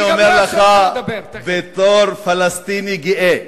אני אומר לך בתור פלסטיני גאה,